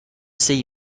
see